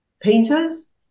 painters